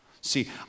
See